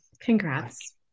congrats